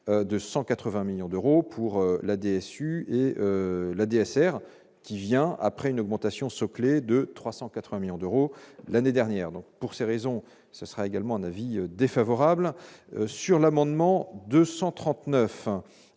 de 180 millions d'euros pour la déçu et la DSR, qui vient après une augmentation se clef de 380 millions d'euros l'année dernière donc pour ces raisons, ce sera également un avis défavorable sur l'amendement 239